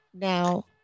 Now